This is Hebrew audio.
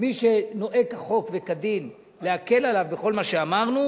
מי שנוהג כחוק וכדין, להקל עליו בכל מה שאמרנו,